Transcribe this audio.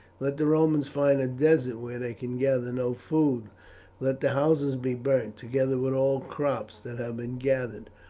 let the romans find a desert where they can gather no food let the houses be burnt, together with all crops that have been gathered.